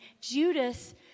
Judas